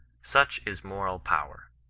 such is moral power.